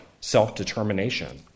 self-determination